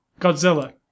Godzilla